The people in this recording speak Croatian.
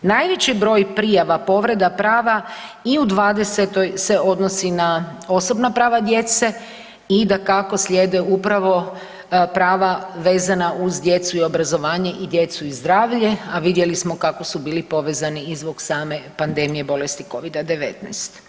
Najveći broj prijava povreda prava i u '20. se odnosi na osobna prava djece i dakako, slijede upravo prava vezana uz djecu i obrazovanje i djecu i zdravlje, a vidjeli smo kako su bili povezani i zbog same pandemije bolesti Covida-19.